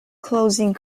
closing